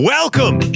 Welcome